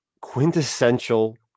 quintessential